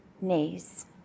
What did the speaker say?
knees